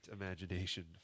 imagination